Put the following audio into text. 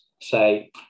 say